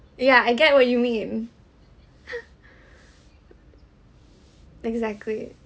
ya I get what you mean exactly